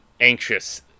anxious